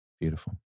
Beautiful